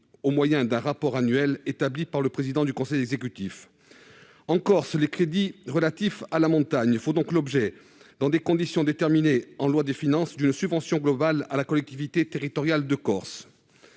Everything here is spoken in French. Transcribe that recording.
au moyen d'un rapport annuel établi par le président du conseil exécutif. » En Corse, les crédits relatifs à la montagne font donc l'objet, dans des conditions déterminées en loi des finances, d'une subvention globale à la collectivité territoriale de Corse.